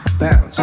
bounce